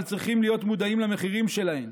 אבל צריכים להיות מודעים למחירים שלהן,